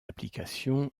applications